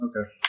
Okay